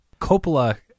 coppola